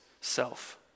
self